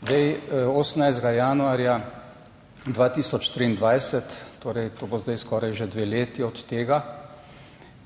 18. januarja 2023, torej, to bo zdaj skoraj že dve leti od tega